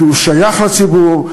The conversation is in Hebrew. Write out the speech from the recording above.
כי הוא שייך לציבור,